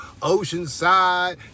Oceanside